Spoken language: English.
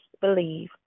believe